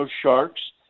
sharks